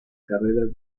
carreras